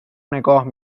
نگاه